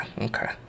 okay